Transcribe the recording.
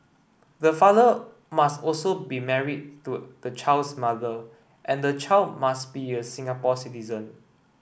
the father must also be married to the child's mother and the child must be a Singapore citizen